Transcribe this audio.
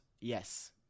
yes